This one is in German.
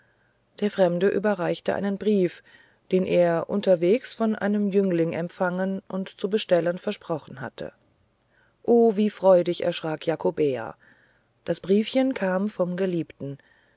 der fremde überreichte einen brief den er unterwegs von einem jüngling empfangen und zu bestellen versprochen hatte oh wie freudig erschrak jakobea das briefchen kam vom geliebten